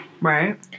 Right